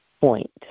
point